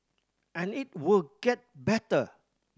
and it will get better